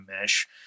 mesh